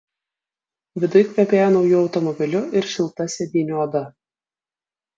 viduj kvepėjo nauju automobiliu ir šilta sėdynių oda